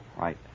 Right